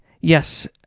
Yes